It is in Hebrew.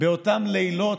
באותם לילות,